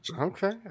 Okay